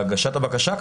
בהגשת הבקשה,